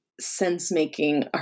sense-making